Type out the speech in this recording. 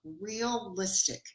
realistic